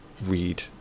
read